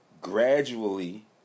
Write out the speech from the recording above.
gradually